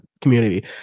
community